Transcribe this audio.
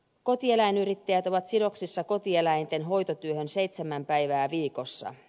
kotieläinyrittäjät ovat sidoksissa kotieläinten hoitotyöhön seitsemän päivää viikossa